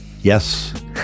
Yes